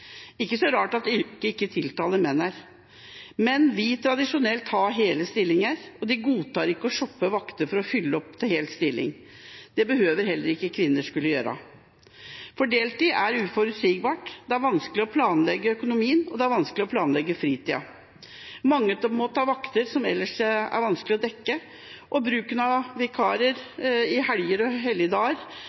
ikke så rart at yrket ikke tiltaler menn. Menn vil tradisjonelt ha hele stillinger og godtar ikke å «shoppe» vakter for å fylle opp til hel stilling. Det bør heller ikke kvinner måtte gjøre. Deltid er uforutsigbart. Det er vanskelig å planlegge økonomien og fritida. Mange må ta vakter som det ellers er vanskelig å dekke. Vikarer må jobbe helger og helligdager